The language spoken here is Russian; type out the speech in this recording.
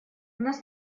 нас